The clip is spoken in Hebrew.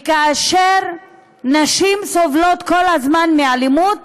וכאשר נשים סובלות כל הזמן מאלימות,